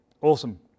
Awesome